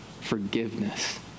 forgiveness